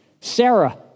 Sarah